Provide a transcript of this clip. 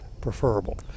preferable